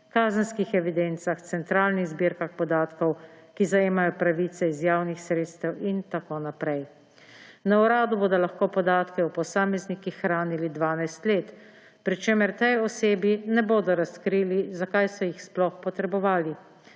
kazenskih evidencah, centralnih zbirkah podatkov, ki zajemajo pravice iz javnih sredstev, in tako naprej. Na uradu bodo lahko podatke o posameznikih hranili 12 let, pri čemer tej osebi ne bodo razkrili, zakaj so jih sploh potrebovali.